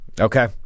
Okay